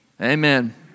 Amen